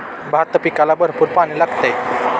भात पिकाला भरपूर पाणी लागते